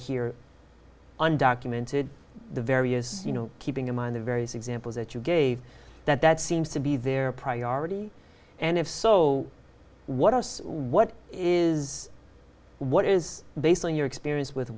here undocumented the various you know keeping in mind the various examples that you gave that that seems to be their priority and if so what are what is what is based on your experience with